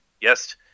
yes